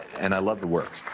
and i love the work.